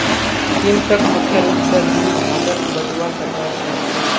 कीमतक मुख्य रूप स दी भागत बटवा स ख छ